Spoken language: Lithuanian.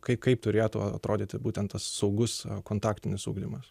kai kaip turėtų atrodyti būtent tas saugus kontaktinis ugdymas